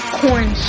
corn